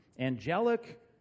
angelic